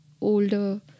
older